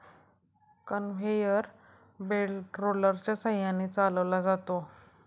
conveyor belt रोलरच्या सहाय्याने चालवला जातो